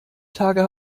tage